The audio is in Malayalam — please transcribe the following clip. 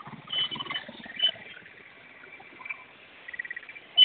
ഏതെങ്കിലും വേണോ വനിത വേണോ